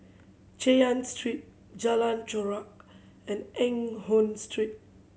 Chay Yan Street Jalan Chorak and Eng Hoon Street